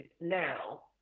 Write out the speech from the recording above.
now